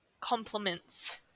compliments